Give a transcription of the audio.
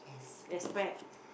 expect